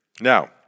Now